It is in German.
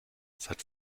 seit